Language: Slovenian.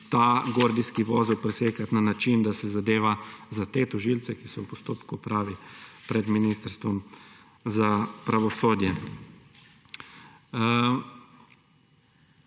ta gordijski vozel presekati na način, da se zadeva za te tožilce, ki so v postopku, opravi pred Ministrstvom za pravosodje.